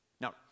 Now